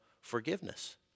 forgiveness